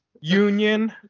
Union